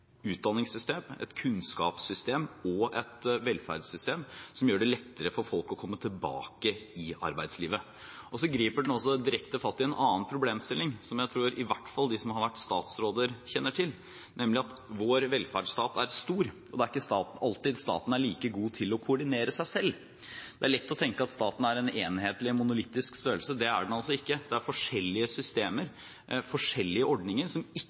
utdanningssystem, et kunnskapssystem og et velferdssystem som gjør det lettere for folk å komme tilbake i arbeidslivet. Så griper den også direkte fatt i en problemstilling som jeg tror at i hvert fall de som har vært statsråder, kjenner til, nemlig at vår velferdsstat er stor, og det er ikke alltid staten er like god til å koordinere seg selv. Det er lett å tenke at staten er en enhetlig monolittisk størrelse, det er den altså ikke. Det er forskjellige systemer, forskjellige ordninger, som ikke